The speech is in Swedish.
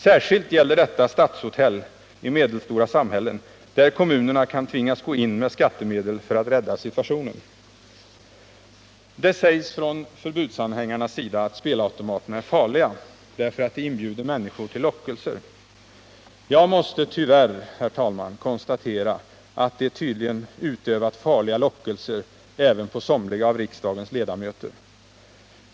Särskilt gäller detta stadshotell i medelstora samhällen, där kommunerna kan tvingas gå in med skattemedel för att rädda situationen. Det sägs från förbudsanhängarnas sida att spelautomaterna är farliga därför att de utövar lockelse på människorna. Jag måste tyvärr, herr talman, konstatera att de tydligen utövar farlig lockelse även på somliga av riksdagens ledamöter.